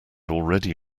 already